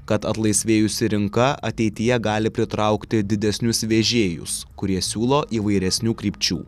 kad atlaisvėjusi rinka ateityje gali pritraukti didesnius vežėjus kurie siūlo įvairesnių krypčių